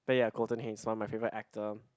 but yeah Colton-Haynes is one of my favourite actor